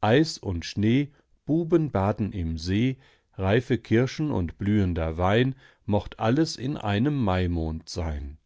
eis und schnee buben baden im see reife kirschen und blühender wein mocht alles in einem maimond sein